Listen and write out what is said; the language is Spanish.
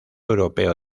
europeo